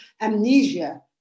amnesia